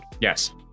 Yes